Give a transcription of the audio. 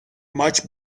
much